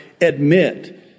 admit